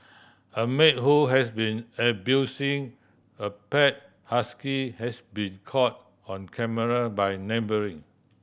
a maid who has been abusing a pet husky has been caught on camera by neighbouring